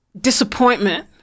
disappointment